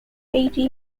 eighty